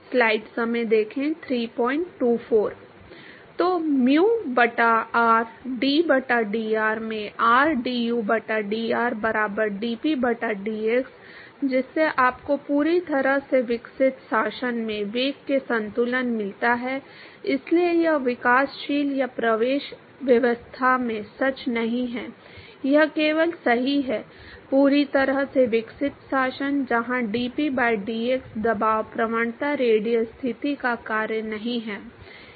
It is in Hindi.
तो mu बटा r d बटा dr में rdu बटा dr बराबर dp बटा dx जिससे आपको पूरी तरह से विकसित शासन में वेग के लिए संतुलन मिलता है इसलिए यह विकासशील या प्रवेश व्यवस्था में सच नहीं है यह केवल सही है पूरी तरह से विकसित शासन जहां dp by dx दबाव प्रवणता रेडियल स्थिति का कार्य नहीं है